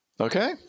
Okay